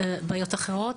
בעיות אחרות,